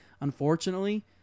unfortunately